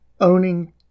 owning